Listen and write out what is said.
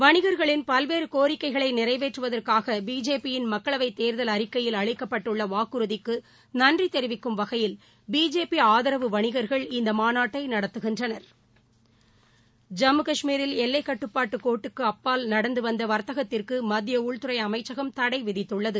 வணிகர்க்ளின் பல்வேறு கோரிக்கைகளை நிறைவேற்றுவதாக பிஜேபியின் மக்களவை தேர்தல் அறிக்கையில் அளிக்கப்பட்டுள்ள வாக்குறுதிக்கு நன்றி தெரிவிக்கும் வகையில் பிஜேபி ஆதரவு வணிகர்கள் இந்த மாநாட்டை நடத்துகிறார்கள் ஜம்மு கஷ்மீரில் எல்லைகட்டுப்பாடு கோட்டுக்கப்பால் நடந்து வந்த வாத்தகத்திற்கு மத்திய உள்துறை அமைச்சகம் தடை விதித்துள்ளது